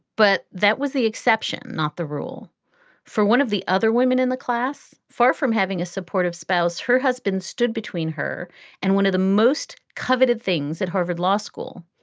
but that was the exception, not the rule for one of the other women in the class. far from having a supportive spouse, her husband stood between her and one of the most coveted things at harvard law school.